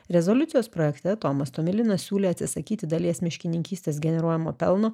rezoliucijos projekte tomas tomilinas siūlė atsisakyti dalies miškininkystės generuojamo pelno